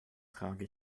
trage